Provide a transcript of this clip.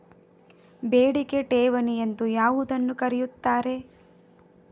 ಬೇಡಿಕೆ ಠೇವಣಿ ಎಂದು ಯಾವುದನ್ನು ಕರೆಯುತ್ತಾರೆ?